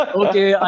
okay